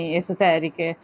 esoteriche